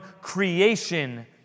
creation